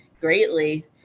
greatly